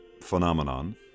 phenomenon